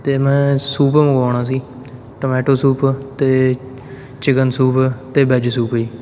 ਅਤੇ ਮੈਂ ਸੂਪ ਮੰਗਵਾਉਣਾ ਸੀ ਟੋਮੈਟੋ ਸੂਪ ਅਤੇ ਚਿਕਨ ਸੂਪ ਅਤੇ ਵੈੱਜ ਸੂਪ ਜੀ